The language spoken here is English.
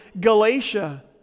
Galatia